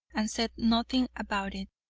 and said nothing about it.